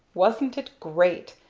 wasn't it great!